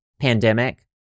pandemic